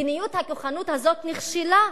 מדיניות הכוחנות הזאת נכשלה.